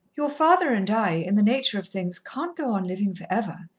your father and i, in the nature of things, can't go on livin' for ever,